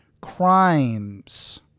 crimes